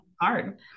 hard